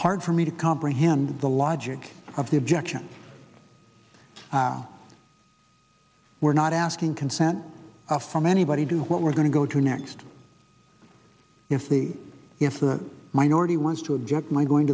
hard for me to comprehend the logic of the objection we're not asking consent from anybody do what we're going to go to next if the if the minority wants to object my going